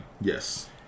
Yes